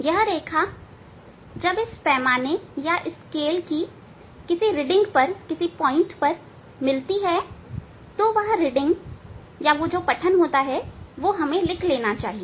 यह रेखा जब यह इस पैमाने की किसी रीडिंग पर मिलती है तो वह रीडिंग हमें लिख लेनी चाहिए